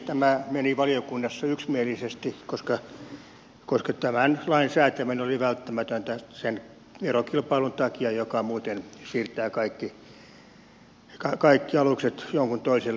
tämä meni valiokunnassa yksimielisesti koska tämän lain säätäminen oli välttämätöntä sen verokilpailun takia joka muuten siirtää kaikki alukset jonkun toisen lipun alle